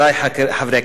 חברי חברי הכנסת,